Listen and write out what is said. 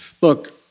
Look